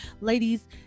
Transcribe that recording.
ladies